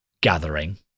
gathering